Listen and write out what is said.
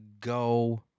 go